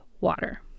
water